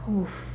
!oof!